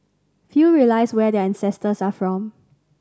few realise where their ancestors are from